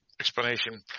explanation